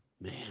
Man